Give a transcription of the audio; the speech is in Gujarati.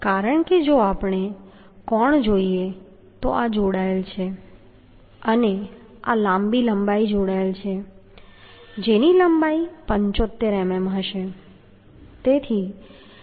કારણ કે જો આપણે કોણ જોઈએ તો આ જોડાયેલ છે અને આ લાંબી લંબાઈ જોડાયેલ છે જેની લંબાઈ 75 mm છે